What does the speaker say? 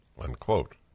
unquote